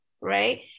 right